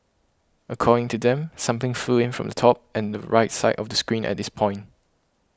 according to them something flew in from the top and the right side of the screen at this point